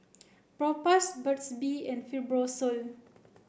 propass Burt's bee and Fibrosol